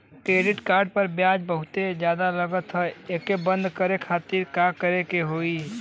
Credit card पर ब्याज बहुते ज्यादा लगत ह एके बंद करे खातिर का करे के होई?